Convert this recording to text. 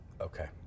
Okay